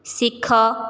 ଶିଖ